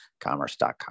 Commerce.com